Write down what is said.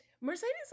Mercedes